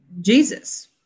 Jesus